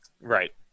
Right